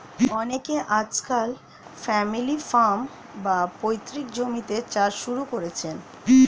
অনেকে আজকাল family farm, বা পৈতৃক জমিতে চাষ শুরু করেছেন